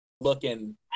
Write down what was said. looking